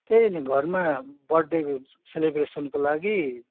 त्यही नि घरमा बर्डडे सेलिब्रेसनको लागि